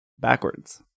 backwards